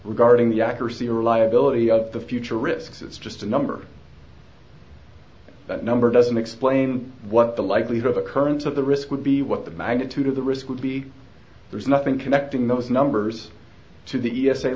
regarding the accuracy or reliability of the future risks it's just a number that number doesn't explain what the likelihood of occurrence of the risk would be what the magnitude of the risk would be there is nothing connecting those numbers to the e